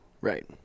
Right